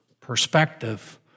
perspective